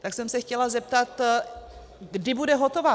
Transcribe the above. Tak jsem se chtěla zeptat, kdy bude hotová.